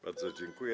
Bardzo dziękuję.